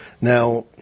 Now